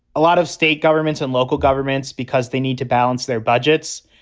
a lot of state governments and local governments, because they need to balance their budgets.